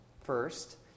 first